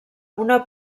una